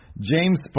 James